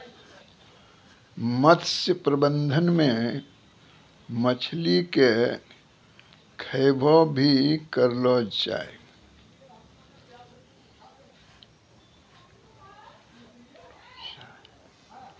मत्स्य प्रबंधन मे मछली के खैबो भी करलो जाय